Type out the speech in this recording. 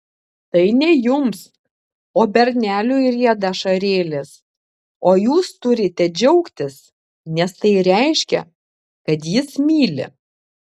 tai ne jums o berneliui rieda ašarėlės o jūs turite džiaugtis nes tai reiškia kad jis myli